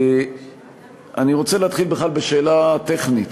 אני רוצה להתחיל בכלל בשאלה טכנית.